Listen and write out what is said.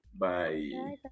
-bye